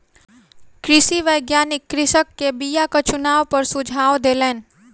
कृषि वैज्ञानिक कृषक के बीयाक चुनाव पर सुझाव देलैन